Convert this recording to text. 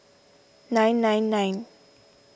nine nine nine